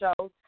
shows